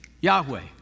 Yahweh